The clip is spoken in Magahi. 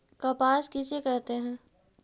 कपास किसे कहते हैं?